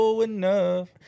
enough